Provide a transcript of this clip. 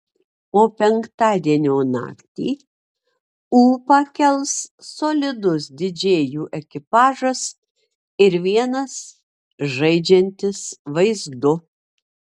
o penktadienio naktį ūpą kels solidus didžėjų ekipažas ir vienas žaidžiantis vaizdu